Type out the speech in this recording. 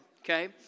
okay